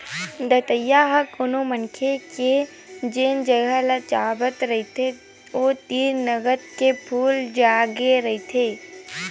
दतइया ह कोनो मनखे के जेन जगा ल चाबे रहिथे ओ तीर नंगत के फूल जाय रहिथे